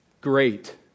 Great